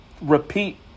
repeat